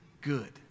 good